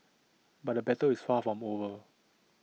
but the battle is far from over